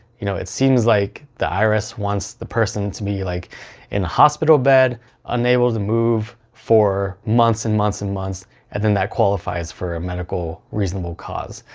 you know it seems like the irs wants the person to be like in a hospital bed unable to move for months and months and months and then that qualifies for a medical reasonable cause.